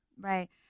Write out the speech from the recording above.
Right